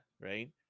Right